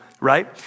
right